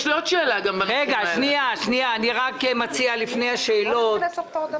רק מציע לפני השאלות.